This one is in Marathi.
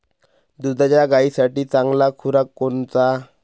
दुधाच्या गायीसाठी चांगला खुराक कोनचा?